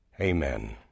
Amen